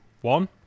one